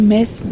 Miss